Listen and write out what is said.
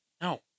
No